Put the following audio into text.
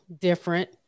different